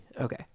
Okay